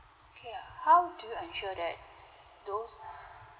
okay how do you ensure that those